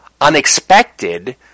unexpected